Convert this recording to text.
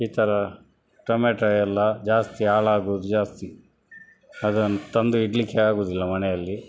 ಈ ಥರ ಟೊಮೆಟೊ ಎಲ್ಲ ಜಾಸ್ತಿ ಹಾಳಾಗುದ್ ಜಾಸ್ತಿ ಅದನ್ನು ತಂದು ಇಡಲಿಕ್ಕೆ ಆಗುವುದಿಲ್ಲ ಮನೆಯಲ್ಲಿ